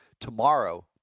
tomorrow